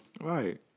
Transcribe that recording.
Right